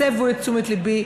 הסבו את תשומת לבי.